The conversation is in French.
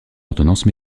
ordonnance